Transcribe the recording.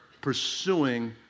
pursuing